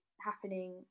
happening